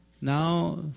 Now